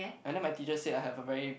and then my teacher said I have a very